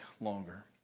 longer